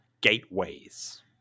gateways